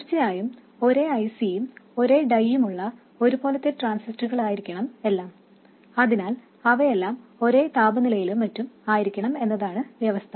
തീർച്ചയായും ഒരേ IC യും ഒരേ ഡൈയുമുള്ള ഒരു പോലത്തെ ട്രാൻസിസ്റ്ററുകളായിരിക്കണം എല്ലാം അതിനാൽ അവയെല്ലാം ഒരേ താപനിലയിലും മറ്റും ആയിരിക്കണം എന്നതാണ് വ്യവസ്ഥ